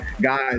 guys